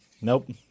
Nope